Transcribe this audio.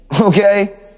Okay